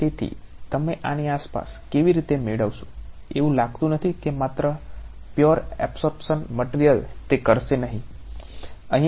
તેથી તમે આની આસપાસ કેવી રીતે મેળવશો એવું લાગતું નથી કે માત્ર પ્યોર અબ્સોર્પશન મટીરીયલ તે કરશે નહીં